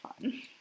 fun